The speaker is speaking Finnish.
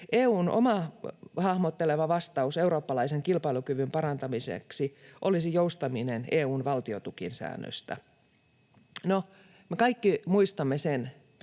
itsensä hahmottelema vastaus eurooppalaisen kilpailukyvyn parantamiseksi olisi joustaminen EU:n valtiontukisäännöstä. No, me kaikki muistamme,